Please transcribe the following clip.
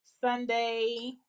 Sunday